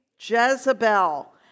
Jezebel